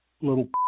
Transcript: little